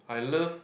I love